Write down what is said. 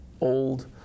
old